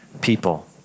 people